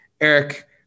Eric